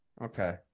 Okay